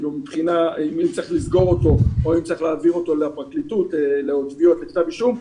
אם צריך לסגור אותו או להעביר אותו לפרקליטות להגשת כתב אישום,